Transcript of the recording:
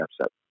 upset